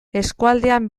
eskualdean